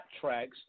tracks